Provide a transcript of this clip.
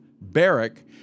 Barrick